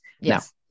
yes